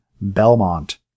Belmont